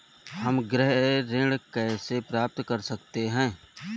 हम गृह ऋण कैसे प्राप्त कर सकते हैं?